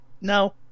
No